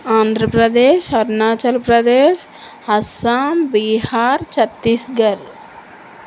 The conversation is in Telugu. ఆంధ్రప్రదేశ్ అరుణాచల్ప్రదేశ్ అస్సాం బీహార్ ఛత్తీస్గఢ్